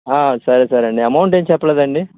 సరే సరే అండి అమౌంట్ ఏం చెప్పలేదండి